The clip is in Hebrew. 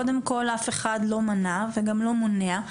קודם כל אף אחד לא מנע וגם לא מונע לא